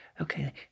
Okay